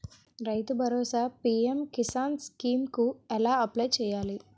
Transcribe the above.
రైతు భరోసా PM Kisan scheme కు ఎలా అప్లయ్ చేయాలి?